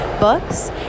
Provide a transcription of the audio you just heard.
books